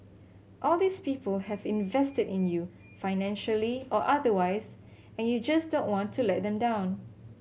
all these people have invested in you financially or otherwise and you just don't want to let them down